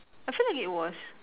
I feel like it was